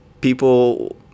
people